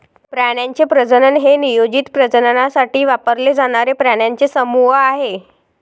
प्राण्यांचे प्रजनन हे नियोजित प्रजननासाठी वापरले जाणारे प्राण्यांचे समूह आहे